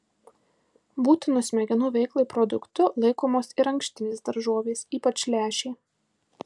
būtinu smegenų veiklai produktu laikomos ir ankštinės daržovės ypač lęšiai